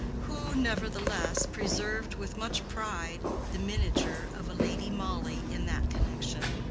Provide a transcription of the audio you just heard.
who nevertheless preserved with much pride the miniature of a lady molly in that connection.